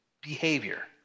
behavior